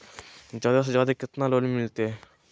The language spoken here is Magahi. जादे से जादे कितना लोन मिलते?